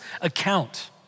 account